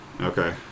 Okay